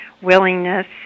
willingness